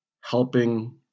Helping